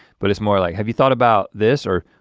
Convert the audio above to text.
but it's more like, have you thought about this? or